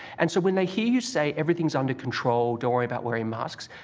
and so when they hear you say, everything's under control. don't worry about wearing masks,